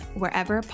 wherever